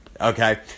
okay